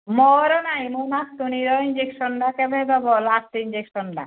ମୋର ନାଇଁ ମୁଁ ନାତୁଣୀର ଇଞ୍ଜେକ୍ସନଟା କେବେ ଦେବ ଲାଷ୍ଟ ଇଞ୍ଜେକ୍ସନଟା